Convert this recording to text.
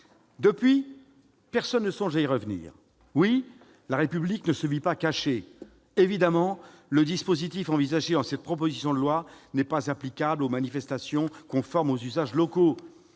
Depuis lors, personne ne songe à y revenir. Oui, la République ne se vit pas cachée. Évidemment, le dispositif envisagé dans cette proposition de loi n'est « pas applicable aux manifestations conformes aux usages locaux